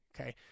Okay